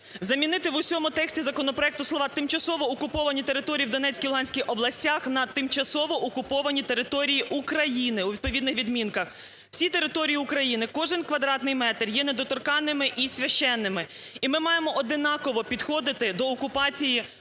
замінити у всьому тексті законопроекту слова "тимчасово окуповані території в Донецькій та Луганській областях" на "тимчасово окуповані території України" у відповідних відмінках. Всі території України, кожен квадратний метр є недоторканними і священними. І ми маємо одинаково підходити до окупації кожної